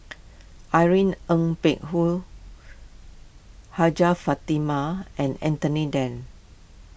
Irene Ng Phek Hoong Hajjah Fatimah and Anthony then